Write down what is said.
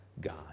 God